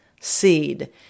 seed